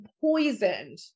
poisoned